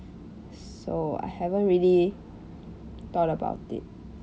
so I haven't really thought about it